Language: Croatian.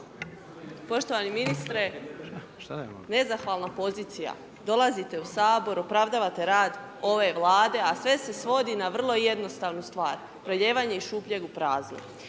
Poštovani ministre, nezahvalna pozicija. Dolazite u Sabor, opravdavate rad ove vlade, a sve se svodi na vrlo jednostavnu stvar, prelijevanje iz šupljeg u prazno.